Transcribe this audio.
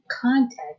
contact